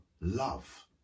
love